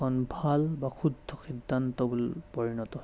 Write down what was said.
এখন ভাল বা শুদ্ধ সিদ্ধান্ত বুলি পৰিণত হৈছে